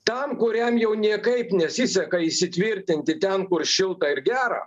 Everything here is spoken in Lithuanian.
tam kuriam jau niekaip nesiseka įsitvirtinti ten kur šilta ir gera